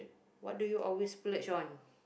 what do you always splash on